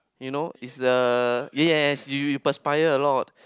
you know is the yes you perspire a lot